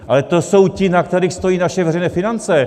Ale to jsou ti, na kterých stojí naše veřejné finance!